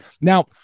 Now